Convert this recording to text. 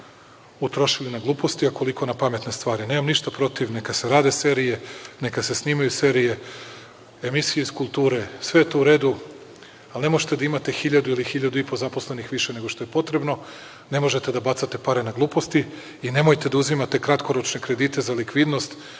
utrošili na gluposti, a koliko na pametne stvari. Nemam ništa protiv, neka se rade serije, neka se snimaju serije, emisije iz kulture, sve je to u redu, ali ne možete da imate 1000 ili 1500 zaposlenih više nego što je potrebno, ne možete da bacate pare na gluposti i nemojte da uzimate kratkoročne kredite za likvidnost.